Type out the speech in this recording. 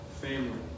family